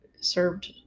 served